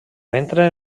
entren